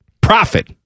Profit